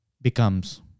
becomes